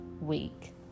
week